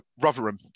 Rotherham